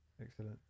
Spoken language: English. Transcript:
Excellent